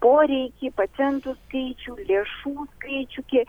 poreikį pacientų skaičių lėšų skaičių kiek